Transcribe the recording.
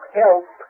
help